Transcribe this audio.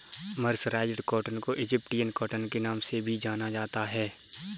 mercerised cotton को Egyptian cotton के नाम से भी जाना जाता है